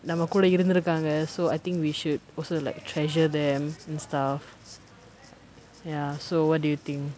நம்ம கூட இருந்திருக்காங்க:namma kooda irunthirukkaanga so I think we should also like treasure them and stuff ya so what do you think